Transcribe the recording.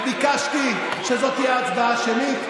וביקשתי שזאת תהיה הצבעה שמית,